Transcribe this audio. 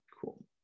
Cool